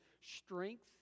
strength